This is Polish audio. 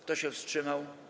Kto się wstrzymał?